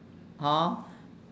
hor